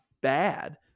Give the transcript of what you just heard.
bad